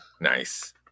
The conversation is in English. Nice